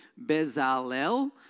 Bezalel